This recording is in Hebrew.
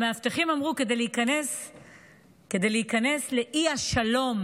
למאבטחים אמרו, כדי להיכנס לאי-השלום,